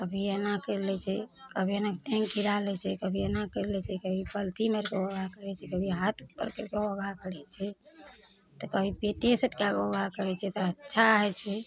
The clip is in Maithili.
कभी एना करि लै छै कभी एना के टाॅंग गिरा लै छै कभी एना करि लै छै कभी पल्थि मारिके योगा करै छै कभी हाथ उपर करि कऽ योगा करै छै तऽ कभी पेटे सटका कऽ योगा करै छै तऽ अच्छा होइ छै